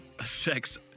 sex